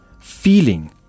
feeling